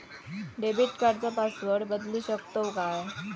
Debit कार्डचो password बदलु शकतव काय?